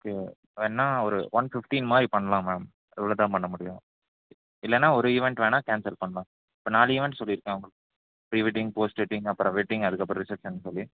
okay வேணா ஒரு one fifteen மாதிரி பண்ணலாம் மேம் இவ்வளோதான் பண்ண முடியும் இல்லைன்னா ஒரு ஈவன்ட் வேணா கேன்சல் பண்ணலாம் இப்போ நாலு ஈவன்ட் சொல்லிருக்கேன் ப்ரி வெட்டிங் போஸ்ட் வெட்டிங் அப்புறம் வெட்டிங் அதுக்கப்புறம் ரிசப்ஷன்னு சொல்லி